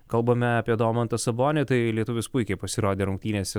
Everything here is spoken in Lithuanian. kalbame apie domantą sabonį tai lietuvis puikiai pasirodė rungtynėse